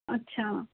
اچھا